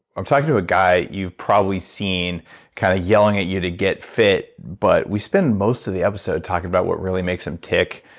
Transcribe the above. i'm talking to a guy you've probably seen kind of yelling at you to get fit. but we spent most of the episode talking about what really makes him tick,